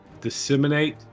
disseminate